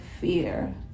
fear